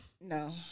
No